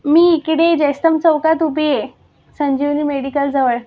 मी इकडे जयस्तंभ चौकात उभी आहे संजीवनी मेडिकलजवळ